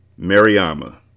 Mariama